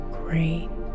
great